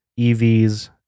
EVs